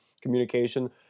communication